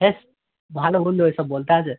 ধ্যাস ভালো বন্ধু ওই সব বলতে আছে